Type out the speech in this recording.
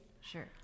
Sure